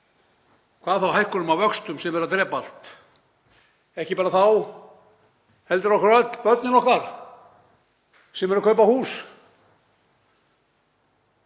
hvað þá hækkunum á vöxtum sem eru að drepa allt, ekki bara þá heldur okkur öll; börnin okkar sem eru að kaupa hús.